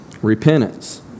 repentance